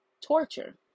torture